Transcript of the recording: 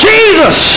Jesus